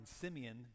Simeon